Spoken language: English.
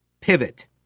Pivot